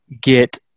get